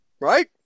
right